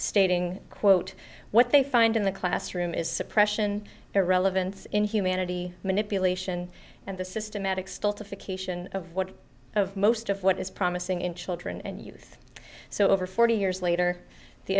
stating quote what they find in the classroom is suppression irrelevance inhumanity manipulation and the systematic still to fixation of what of most of what is promising in children and youth so over forty years later the